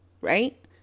Right